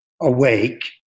awake